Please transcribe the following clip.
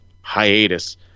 hiatus